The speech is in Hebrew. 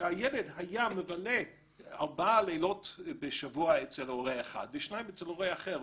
שהילד היה מבלה ארבעה לילות בשבוע אצל הורה אחד ושניים אצל הורה אחר.